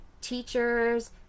teachers